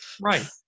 Right